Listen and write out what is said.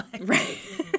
right